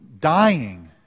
dying